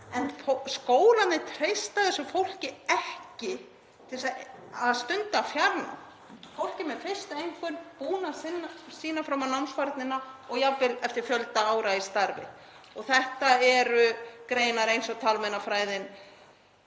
en skólarnir treysta þessu fólki ekki til að stunda fjarnám; fólki með fyrstu einkunn sem búið er að sýna fram á námsfærnina og jafnvel eftir fjölda ára í starfi. Þetta eru greinar eins og talmeinafræðin,